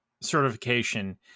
certification